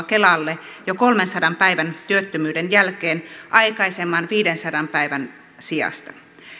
kelalle jo kolmensadan päivän työttömyyden jälkeen aikaisemman viidensadan päivän sijasta